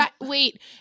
Wait